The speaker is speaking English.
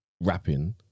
rapping